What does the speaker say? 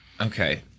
Okay